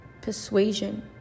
persuasion